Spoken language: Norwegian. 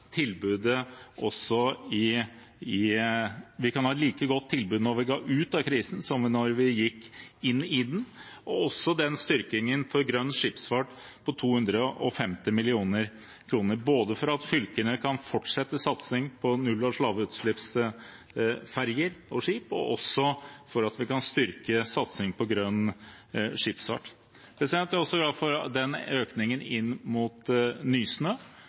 ha et like godt tilbud når vi går ut av krisen, som da vi gikk inn i den. Det er også bra med styrkingen på 250 mill. kr til grønn skipsfart, slik at fylkene kan fortsette satsingen på null- og lavutslippsferjer og skip. Jeg er også glad for økningen til Nysnø, som er oppe i 1 mrd. kr i år, slik at de kan